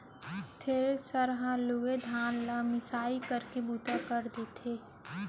thresher हर लूए धान ल मिसाई करे के बूता कर देथे